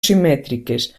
simètriques